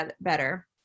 better